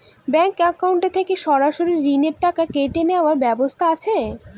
Bank account থেকে সরাসরি ঋণের টাকা কেটে নেওয়ার ব্যবস্থা আছে?